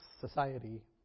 society